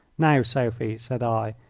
now, sophie, said i,